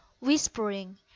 whispering